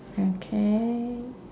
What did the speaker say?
okay